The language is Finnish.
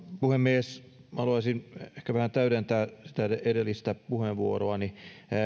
puhemies haluaisin ehkä vähän täydentää sitä edellistä puheenvuoroani